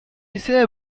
say